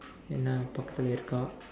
என்ன பக்கத்துலே இருக்கா:enna pakkaththulee irukkaa